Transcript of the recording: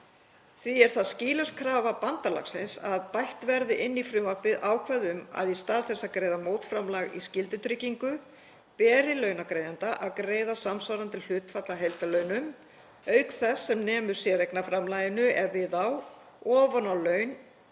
Því er það skýlaus krafa bandalagsins að bætt verði inn í frumvarpið ákvæði um að í stað þess að greiða mótframlag í skyldutryggingu beri launagreiðanda að greiða samsvarandi hlutfall af heildarlaunum, auk þess sem nemur séreignarframlaginu ef við á, ofan á launin